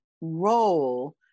role